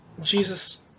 Jesus